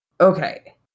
Okay